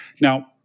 Now